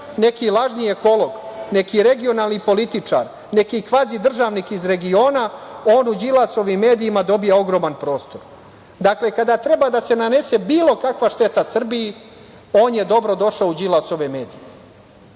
neki lažni ekolog, neki regionalni političar, neki kvazi državnik iz regiona, on u Đilasovim medijima dobija ogroman prostor. Dakle, kada treba da se nanese bilo kakva šteta Srbiji on je dobrodošao u Đilasove medije. Hajde,